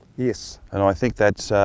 yes. and i think that's,